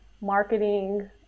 marketing